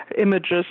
images